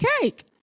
cake